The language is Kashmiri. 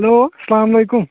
ہٮ۪لو سلام علیکُم